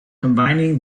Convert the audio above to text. combining